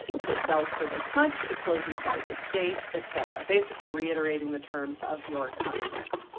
that it sells for this much, it closes by this date, et cetera, basically reiterating the terms of your contract.